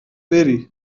بری